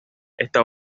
está